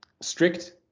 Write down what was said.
strict